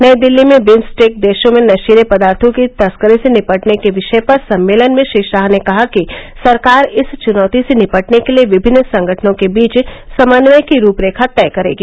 नई दिल्ली में विम्सटेक देशों में नशीले पदार्थों की तस्करी से निपटने के विषय पर सम्मेलन में श्री शाह ने कहा कि सरकार इस चुनौती से निपटने के लिए विभिन्न संगठनों के बीच समन्वय की रूपरेखा तय करेगी